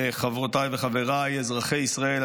חברותיי וחבריי אזרחי ישראל,